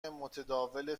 متداول